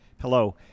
Hello